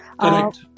Correct